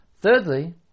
Thirdly